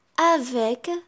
avec